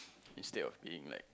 instead of paying like